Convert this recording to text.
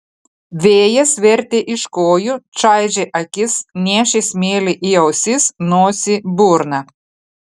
vėjas vertė iš kojų čaižė akis nešė smėlį į ausis nosį burną